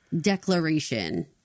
declaration